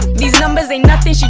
these numbers ain't nothing.